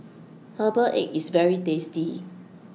Herbal Egg IS very tasty